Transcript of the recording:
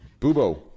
Boobo